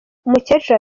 umukecuru